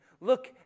Look